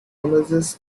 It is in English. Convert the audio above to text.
colleges